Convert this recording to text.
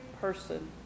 person